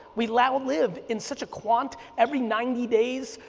we live and live in such a quaint, every ninety days,